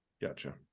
Gotcha